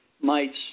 mites